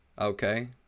okay